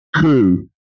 coup